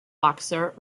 boxer